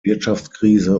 wirtschaftskrise